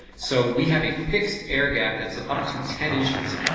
so we have a fixed airgap that's up to ten inches,